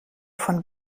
von